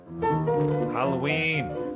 Halloween